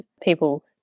people